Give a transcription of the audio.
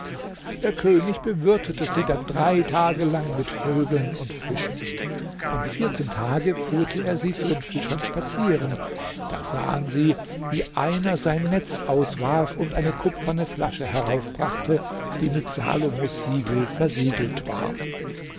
der könig bewirtete sie dann drei tage lang mit vögeln und fischen am vierten tage führte er sie zu den fischern spazieren da sahen sie wie einer sein netz auswarf und eine kupferne flasche heraufbrachte die mit salomos siegel versiegelt war